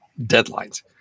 deadlines